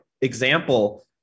example